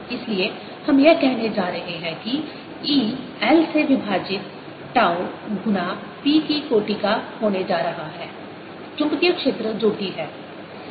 इसलिए हम यह कहने जा रहे हैं कि E l से विभाजित टाउ गुना p की कोटि का होने जा रहा है चुंबकीय क्षेत्र जो भी है